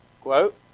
quote